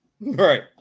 right